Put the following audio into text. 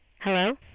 Hello